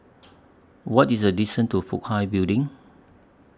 What IS The distance to Fook Hai Building